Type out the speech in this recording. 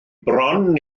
bron